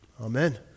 Amen